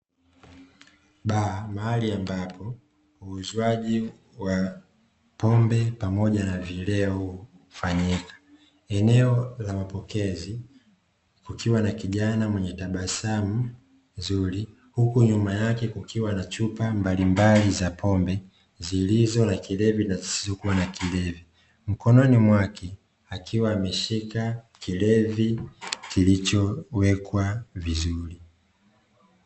Baa mahali ambapo uuzwaji wa pombe pamoja na vileo hufanyika. Eneo la mapokezi kukiwa na kijana mwenye tabasamu zuri huku nyuma yake kukiwa na chupa mbalimbali za pombe; zilizo na kilevi na zisizokuwa na kilevi, mkononi mwake akiwa ameshika kilevi kilichowekwa vizuri.